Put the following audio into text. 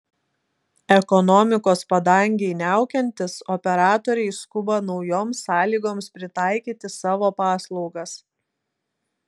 ekonomikos padangei niaukiantis operatoriai skuba naujoms sąlygoms pritaikyti savo paslaugas